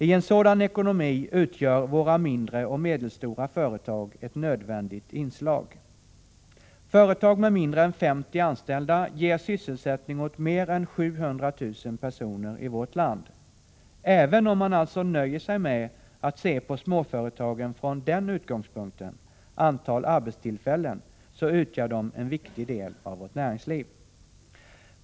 I en sådan ekonomi utgör våra mindre och medelstora företag ett nödvändigt inslag. Företag med mindre än 50 anställda ger sysselsättning åt mer än 700 000 personer i vårt land. Även om man alltså nöjer sig med att se på småföretagen från den utgångspunkten — med avseende på antalet arbetstillfällen — finner man att de utgör en viktig del av vårt näringsliv.